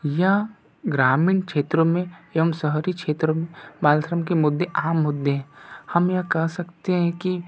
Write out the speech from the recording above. यह ग्रामीण क्षेत्रों में एवं शहरी क्षेत्रों में बाल श्रम के मुद्दे अहम मुद्दे हैं हम यह कह सकते हैं कि